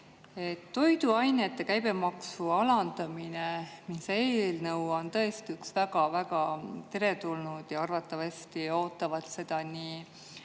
Toiduainete käibemaksu alandamise eelnõu on tõesti väga-väga teretulnud ja arvatavasti ootavad seda nii